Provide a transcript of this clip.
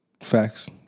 Facts